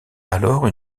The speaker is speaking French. alors